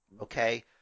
Okay